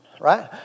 right